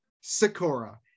Sakura